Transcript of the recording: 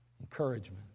Encouragement